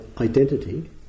identity